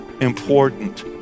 important